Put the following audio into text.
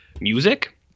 music